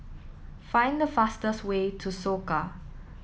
find the fastest way to Soka